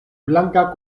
blanka